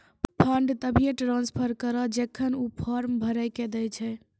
fund तभिये transfer करऽ जेखन ऊ फॉर्म भरऽ के दै छै